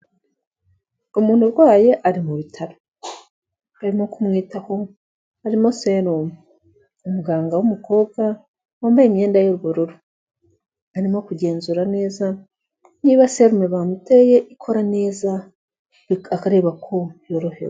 Umuntu urwaye ari mu bitaro, barimo kumwitaho, arimo serumu, umuganga w'umukobwa, wambaye imyenda y'ubururu, arimo kugenzura neza niba serumu bamuteye ikora neza, akareba ko yorohewe.